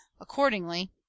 accordingly